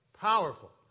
Powerful